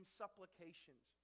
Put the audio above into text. supplications